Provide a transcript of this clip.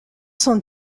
sont